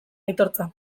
aitortza